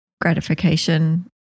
gratification